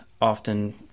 often